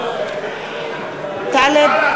הסתייגויות,